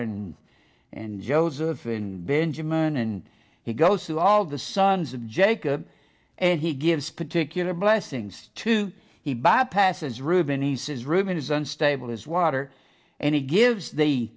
and and joseph and benjamin and he goes through all the sons of jacob and he gives particular blessings to he bypasses reuben he says reuben is unstable as water and he gives the